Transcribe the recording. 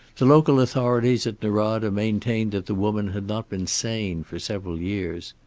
the local authorities at norada maintained that the woman had not been sane for several years.